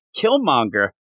Killmonger